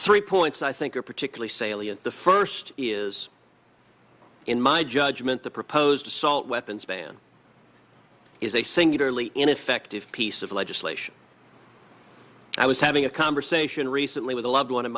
three points i think are particularly salient the first is in my judgment the proposed assault weapons ban is a singularly ineffective piece of legislation i was having a conversation recently with a loved one